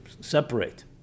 separate